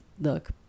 look